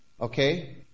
Okay